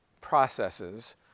processes